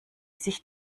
sich